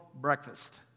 breakfast